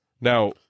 Now